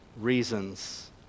reasons